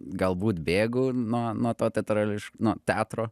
galbūt bėgu nuo nuo to teatrališk nuo teatro